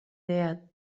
there